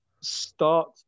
start